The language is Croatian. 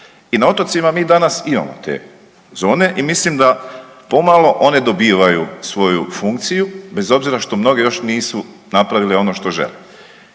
I na otocima mi danas imamo te zone i mislim da pomalo one dobivaju svoju funkciju, bez obzira što mnogi još nisu napravili ono što žele.